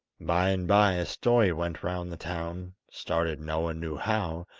by-and-bye a story went round the town, started no one knew how,